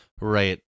Right